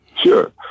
Sure